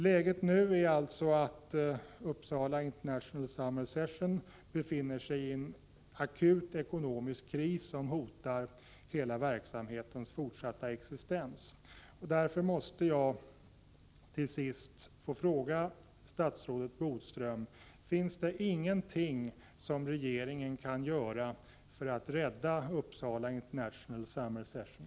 Läget nu är alltså att Uppsala International Summer Session befinner sig i en akut ekonomisk kris, som hotar hela verksamheten. Därför måste jag till sist fråga statsrådet Bodström: Finns det ingenting regeringen kan göra för att rädda Uppsala International Summer Session?